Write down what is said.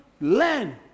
learn